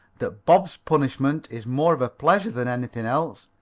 that bob's punishment is more of a pleasure than anything else.